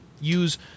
use